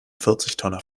vierzigtonner